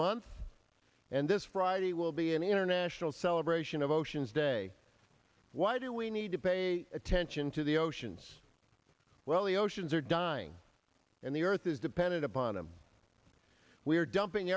month and this friday will be an international celebration of oceans day why do we need to pay attention to the oceans well the oceans are dying and the earth is dependent upon them we are dumping